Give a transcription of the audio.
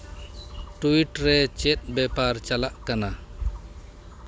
tweet ᱨᱮ ᱪᱮᱫ ᱵᱮᱯᱟᱨ ᱪᱟᱞᱟᱜ ᱠᱟᱱᱟ